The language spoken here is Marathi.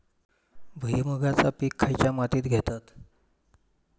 भुईमुगाचा पीक खयच्या मातीत घेतत?